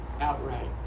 outright